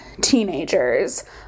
teenagers